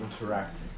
interact